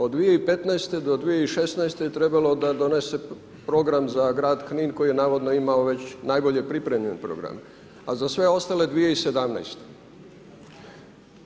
Od 2015. do 2016. trebalo da donese program za Grad Knin koji je navodno imao već najbolje pripremljen program, a za sve ostale 2017-te.